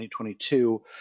2022